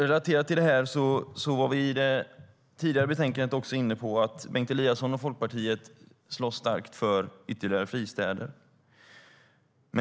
Relaterat till detta var vi i det tidigare betänkandet också inne på att Bengt Eliasson och Folkpartiet slår starkt för ytterligare fristäder.